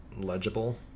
legible